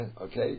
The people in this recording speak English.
Okay